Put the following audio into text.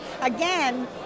Again